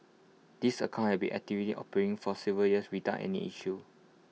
these accounts had been actively operating for several years without any issues